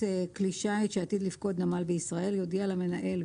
כלי שיט שעתיד לפקוד נמל בישראל יודיע למנהל,